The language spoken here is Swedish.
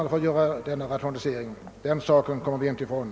Genomförandet av den rationalisering jag talade om drar stora belopp.